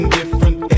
different